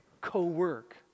co-work